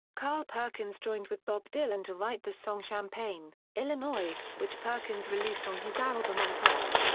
carl perkins joined with bob dylan to write the song champaign, illinois, which perkins released on his album on top.